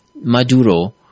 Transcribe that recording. Maduro